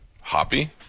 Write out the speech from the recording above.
Hoppy